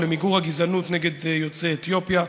למיגור הגזענות נגד יוצאי אתיופיה,